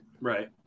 Right